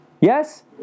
Yes